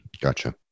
Gotcha